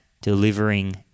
delivering